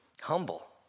Humble